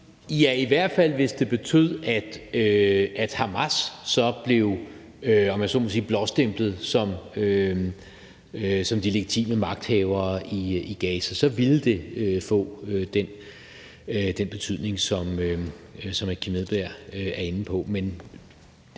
Ja, i hvert fald, hvis det betød, at Hamas, om jeg så må sige, blev blåstemplet som de legitime magthaver i Gaza, så ville det få den betydning, som hr. Kim Edberg Andersen